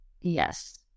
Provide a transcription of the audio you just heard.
Yes